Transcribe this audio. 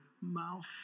mouth